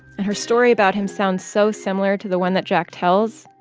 and her story about him sounds so similar to the one that jack tells,